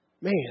Man